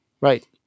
right